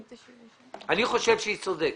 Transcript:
אני חושב שהיא צודקת.